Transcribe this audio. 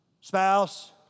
spouse